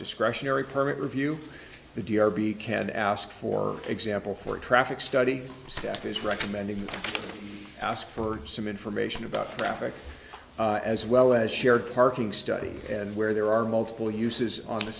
discretionary permit review the d r b can ask for example for a traffic study staff is recommending you ask for some information about traffic as well as shared parking study and where there are multiple uses on the